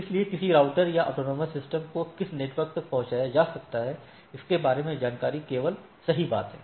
इसलिए किसी राउटर या एएस को किस नेटवर्क तक पहुंचाया जा सकता है इसके बारे में जानकारी केवल सही बात है